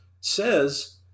says